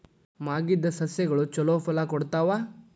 ಮಾಗಿದ್ ಸಸ್ಯಗಳು ಛಲೋ ಫಲ ಕೊಡ್ತಾವಾ?